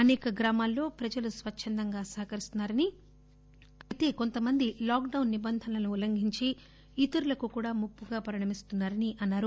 అసేక గ్రామాల్లో ప్రజలు స్వచ్చందంగా సహకరిస్తున్నారని అయితే కొంతమంది లాక్ డౌస్ నిబంధనలను ఉల్లంఘించి ఇతరులకు కూడా ముప్పుగా పరిణమిస్తున్నా రని అన్నారు